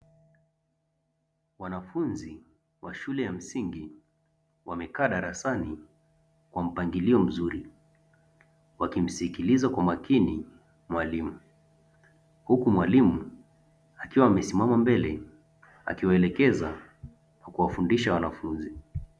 Wanafunzi wa shule ya msingi wamekaa darasani kwa mpangilio mzuri wakimsikiliza kwa makini mwalimu, huku mwalimu akiwa amesimama mbele akiwaelekeza na kuwafudisha wanafunzi.